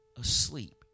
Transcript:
asleep